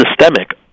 systemic